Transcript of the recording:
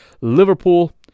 Liverpool